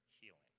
healing